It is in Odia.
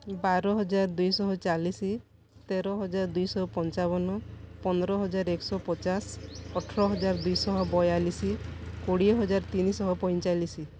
ବାର ହଜାର ଦୁଇ ଶହ ଚାଳିଶି ତେର ହଜାର ଦୁଇ ଶହ ପଞ୍ଚାବନ ପନ୍ଦର ହଜାର ଏକ ଶହ ପଚାଶ ଅଠର ହଜାର ଦୁଇଶହ ବୟାଳିଶି କୋଡ଼ିଏ ହଜାର ତିନି ଶହ ପଇଁଚାଳିଶି